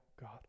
God